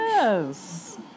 Yes